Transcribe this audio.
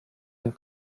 and